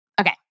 Okay